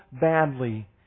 badly